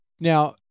now